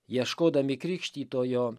ieškodami krikštytojo